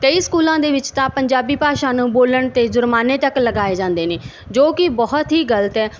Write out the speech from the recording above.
ਕਈ ਸਕੂਲਾਂ ਦੇ ਵਿੱਚ ਤਾਂ ਪੰਜਾਬੀ ਭਾਸ਼ਾ ਨੂੰ ਬੋਲਣ 'ਤੇ ਜੁਰਮਾਨੇ ਤੱਕ ਲਗਾਏ ਜਾਂਦੇ ਨੇ ਜੋ ਕਿ ਬਹੁਤ ਹੀ ਗਲਤ ਹੈ